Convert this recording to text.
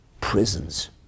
prisons